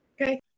Okay